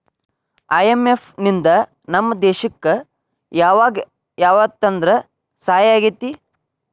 IMF ನಿಂದಾ ನಮ್ಮ ದೇಶಕ್ ಯಾವಗ ಯಾವ್ರೇತೇಂದಾ ಸಹಾಯಾಗೇತಿ?